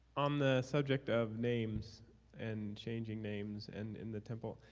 on the subject of names and changing names and in the temple,